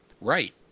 right